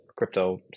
crypto